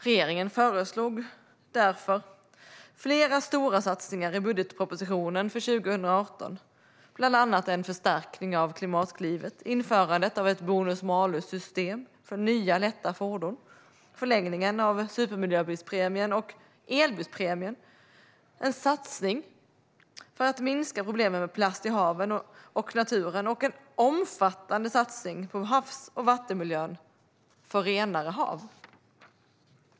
Regeringen föreslog därför flera stora satsningar i budgetpropositionen för 2018, bland annat en förstärkning av Klimatklivet, införande av ett bonus-malus-system för nya lätta fordon, förlängning av supermiljöbilspremien och elbusspremien, en satsning för att minska problemen med plast i haven och naturen samt en omfattande satsning på havs och vattenmiljön för renare hav.